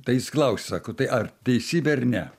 tai jis klausia sako tai ar teisybė ar ne